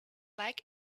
leg